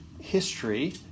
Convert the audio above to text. history